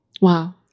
Wow